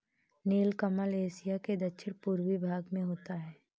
नीलकमल Asia के दक्षिण पूर्वी भाग में होता है